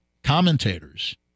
Commentators